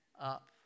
up